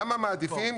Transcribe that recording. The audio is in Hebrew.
למה מעדיפים?